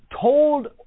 told